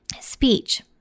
speech